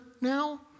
now